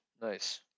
Nice